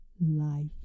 life